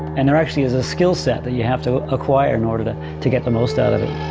and there actually is a skill set that you have to acquire in order to to get the most out of it.